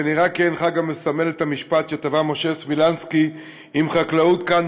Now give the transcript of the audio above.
ונראה כי אין חג המסמל יותר את המשפט שטבע משה סמילנסקי: אם חקלאות כאן,